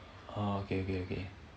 oh okay okay okay